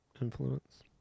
influence